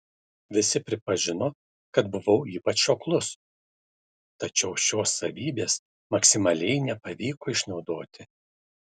visi pripažino kad buvau ypač šoklus tačiau šios savybės maksimaliai nepavyko išnaudoti